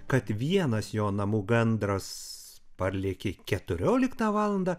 kad vienas jo namų gandras parlėkė keturioliktą valandą